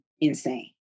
insane